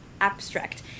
Abstract